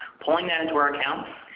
pulling that into our account.